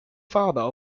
father